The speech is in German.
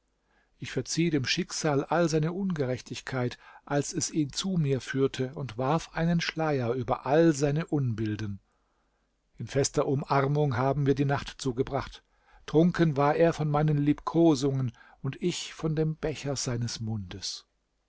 ich verzieh dem schicksal all seine ungerechtigkeit als es ihn zu mir führte und warf einen schleier über all seine unbilden in fester umarmung haben wir die nacht zugebracht trunken war er von meinen liebkosungen und ich von dem becher seines mundes